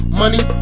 money